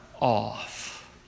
off